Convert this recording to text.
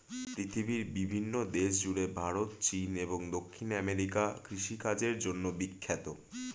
পৃথিবীর বিভিন্ন দেশ জুড়ে ভারত, চীন এবং দক্ষিণ আমেরিকা কৃষিকাজের জন্যে বিখ্যাত